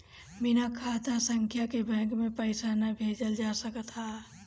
बिना खाता संख्या के बैंक के पईसा ना भेजल जा सकत हअ